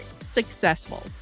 successful